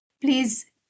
Please